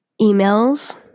emails